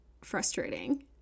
frustrating